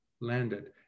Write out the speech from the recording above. landed